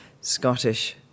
Scottish